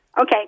Okay